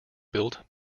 built